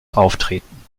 auftreten